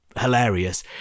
hilarious